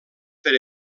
per